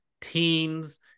teams